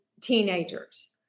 teenagers